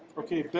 okay?